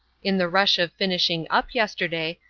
in the rush of finishing up yesterday,